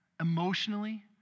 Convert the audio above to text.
Emotionally